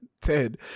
Ted